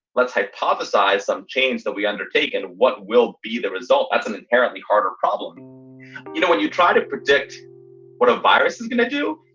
let's hypothesize some change that we undertake in what will be the result. that's an inherently harder problem you know, when you try to predict what a virus is going to do.